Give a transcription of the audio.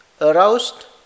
aroused